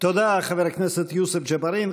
תודה, חבר הכנסת יוסף ג'בארין.